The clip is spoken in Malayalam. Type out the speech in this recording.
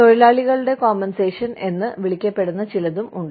തൊഴിലാളിയുടെ നഷ്ടപരിഹാരം എന്ന് വിളിക്കപ്പെടുന്ന ചിലതും ഞങ്ങൾക്കുണ്ട്